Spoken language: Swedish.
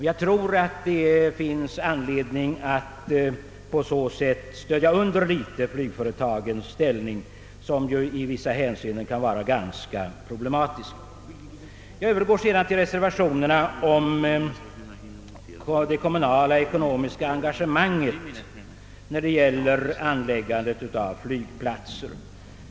Jag anser att det finns anledning att understödja flygföretagens ställning, som i vissa avseenden kan vara problematisk. Jag övergår till reservationerna om det kommunala ekonomiska engagemanget vid anläggande av flygplatser.